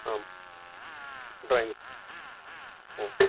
आं ड्रोयिङ्ग्